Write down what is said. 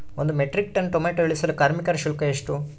ಒಂದು metric tonne tomato ಇಳಿಸಲು ಕಾರ್ಮಿಕರ ಶುಲ್ಕ ಎಷ್ಟು?